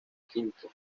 quinto